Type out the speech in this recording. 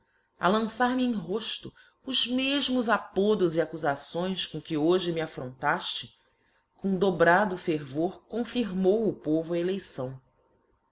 lançar-me em rofto os mefmos apodos e accufações com que hoje me affrontafte com dobrado ferver confirmou o povo a eleição